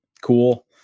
Cool